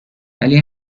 ولی